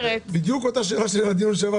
בדיוק אותה שאלה ששאלנו בדיון הקודם היום,